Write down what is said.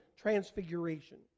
transfiguration